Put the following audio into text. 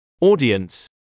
audience